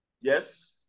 Yes